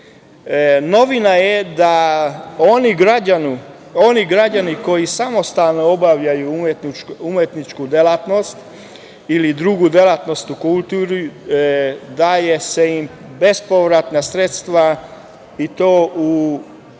je da oni građani koji samostalno obavljaju umetničku delatnost ili drugu delatnost u kulturi daju im se bespovratna sredstva i to dve